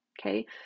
okay